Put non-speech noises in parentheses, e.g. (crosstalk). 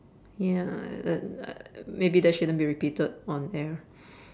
ya (noise) uh maybe that shouldn't be repeated on air